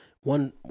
one